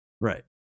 Right